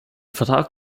vertrag